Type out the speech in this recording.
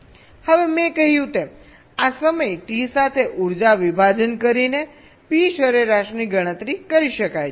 હવે મેં કહ્યું તેમ આ સમય T સાથે ઉર્જા વિભાજન કરીને P સરેરાશની ગણતરી કરી શકાય છે